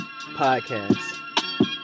podcast